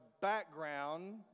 background